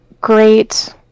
great